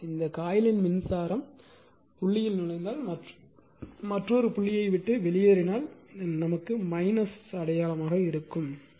ஆனால் இந்த காயிலின் மின்சாரம் புள்ளியில் நுழைந்தால் மற்றொரு புள்ளியை விட்டு வெளியேறினால் அடையாளம் ஆக இருக்கும்